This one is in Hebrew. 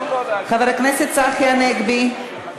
חבר הכנסת צחי הנגבי.